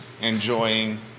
enjoying